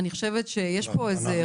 אני חושבת שיש פה איזה אירוע.